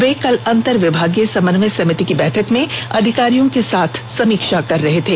वे कल अंतर विभागीय समन्वय समिति की बैठक में अधिकारियों के साथ समीक्षा कर रहे थे